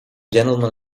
gentlemen